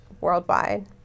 worldwide